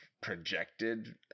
projected